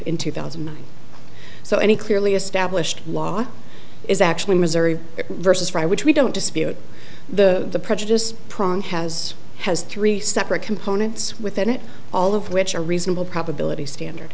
in two thousand so any clearly established law is actually missouri versus frye which we don't dispute the prejudiced prong has has three separate components within it all of which a reasonable probability standard